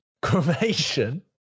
cremation